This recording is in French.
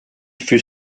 fut